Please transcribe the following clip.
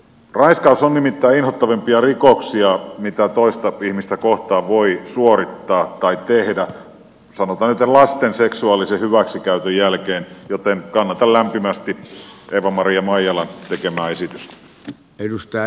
raiskaus on nimittäin inhottavimpia rikoksia mitä toista ihmistä kohtaan voi suorittaa tai tehdä sanotaan nyt lasten seksuaalisen hyväksikäytön jälkeen joten kannatan lämpimästi eeva maria maijalan tekemää esitystä